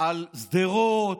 על שדרות,